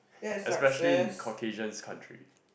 especially in Caucasian's country